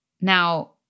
Now